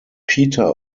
peter